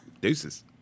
Deuces